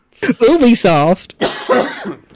Ubisoft